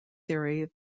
theory